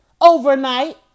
Overnight